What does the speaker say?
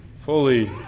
fully